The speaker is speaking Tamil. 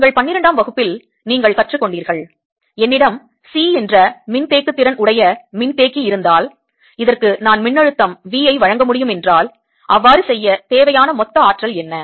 உங்கள் பன்னிரண்டாம் வகுப்பில் நீங்கள் கற்றுக்கொண்டீர்கள் என்னிடம் C என்ற மின்தேக்கு திறன் உடைய மின்தேக்கி இருந்தால் இதற்கு நான் மின்னழுத்தம் V ஐ வழங்க முடியும் என்றால் அவ்வாறு செய்ய தேவையான மொத்த ஆற்றல் என்ன